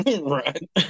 right